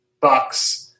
Bucks